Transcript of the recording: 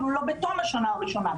אפילו לא בתום השנה הראשונה.